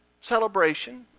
celebration